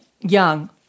young